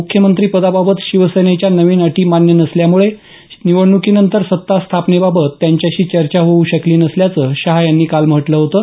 मुख्यमंत्रीपदाबाबत शिवसेनेच्या नवीन अटी मान्य नसल्यामुळे निवडणुकीनंतर सत्ता स्थापनेबाबत त्यांच्याशी चर्चा होऊ शकली नसल्याचं शाह यांनी काल म्हटलं होतं